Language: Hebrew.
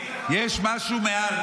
יש משהו מעל.